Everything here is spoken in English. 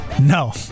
No